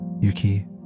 Yuki